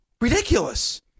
Ridiculous